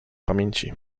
pamięci